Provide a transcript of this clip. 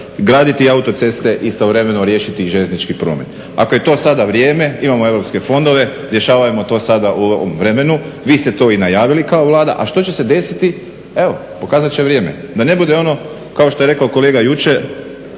graditi autoceste i istovremeno riješiti i željeznički promet. Ako je to sada vrijeme imamo europske fondove, rješavajmo to sada u ovom vremenu, vi ste to najavili kao Vlada. A što će se desiti? Evo pokazat će vrijeme. Da ne bude ono što je rekao kolega jučer